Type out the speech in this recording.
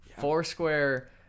Foursquare